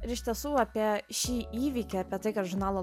ir iš tiesų apie šį įvykį apie tai kad žurnalo